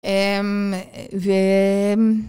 אממ... ווווווו...